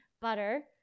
butter